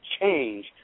change